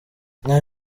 nta